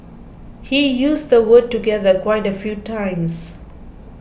he used the word together quite a few times